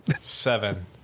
Seven